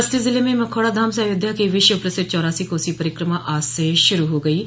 बस्ती जिले में मखौड़ा धाम से अयोध्या की विश्व प्रसिद्ध चौरासी कोसी परिक्रमा आज से शुरू हो गई है